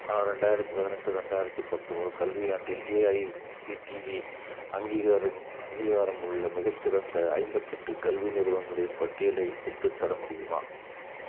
ரெண்டாயிரத்து பதினெட்டு ரெண்டாயிரத்து பத்தொன்பது கல்வியாண்டில் ஏஐசிடிஇ அங்கீகாரம் அங்கீகாரமுள்ள மிகச்சிறந்த ஐம்பத்தெட்டு கல்வி நிறுவனங்களின் பட்டியலை பெற்றுத்தர முடியுமா